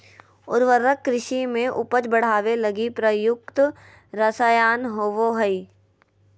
उर्वरक कृषि में उपज बढ़ावे लगी प्रयुक्त रसायन होबो हइ